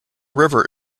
river